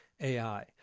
AI